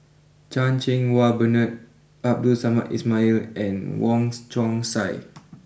Chan Cheng Wah Bernard Abdul Samad Ismail and Wongs Chong Sai